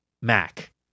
Mac